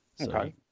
Okay